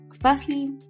firstly